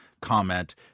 comment